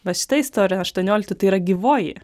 va šita istorija aštuonioliktų tai yra gyvoji